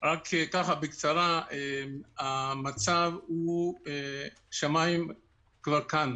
רק ככה בקצרה, המצב הוא שהמים כבר כאן.